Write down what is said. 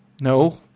no